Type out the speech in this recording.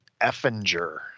effinger